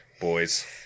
boys